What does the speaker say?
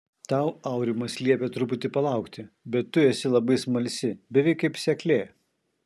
tau aurimas liepė truputį palaukti bet tu esi labai smalsi beveik kaip seklė